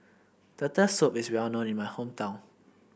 Turtle Soup is well known in my hometown